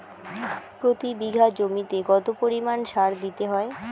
প্রতি বিঘা জমিতে কত পরিমাণ সার দিতে হয়?